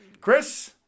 Chris